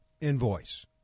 invoice